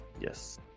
Yes